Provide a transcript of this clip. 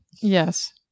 Yes